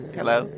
Hello